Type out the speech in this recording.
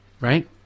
Right